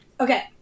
Okay